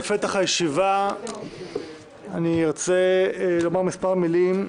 בפתח הישיבה אני ארצה לומר מספר מילים.